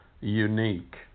unique